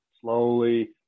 slowly